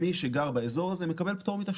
מי שגר באזור הזה מקבל פטור מתשלום.